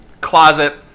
closet